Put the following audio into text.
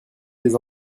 des